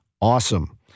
awesome